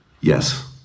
Yes